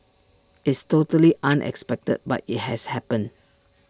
it's totally unexpected but IT has happened